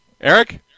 Eric